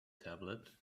tablet